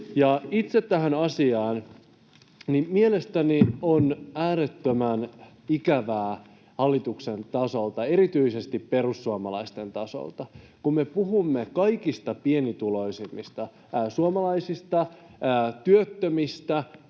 itse tähän asiaan: Mielestäni on äärettömän ikävää hallituksen tasolta, erityisesti perussuomalaisten tasolta, että kun me puhumme kaikista pienituloisimmista suomalaisista — työttömistä,